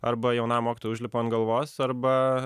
arba jaunam mokytojui užlipa ant galvos arba